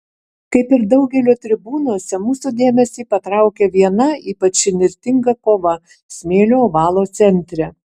kaip ir daugelio tribūnose mūsų dėmesį patraukia viena ypač įnirtinga kova smėlio ovalo centre